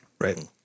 right